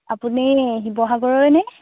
আপুনি শিৱসাগৰৰে নে